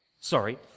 sorry